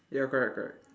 ya correct correct